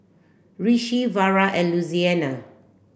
Rishi Vara and Louisiana